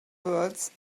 birds